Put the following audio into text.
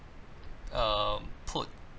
um put